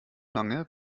lange